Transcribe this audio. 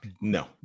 No